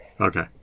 Okay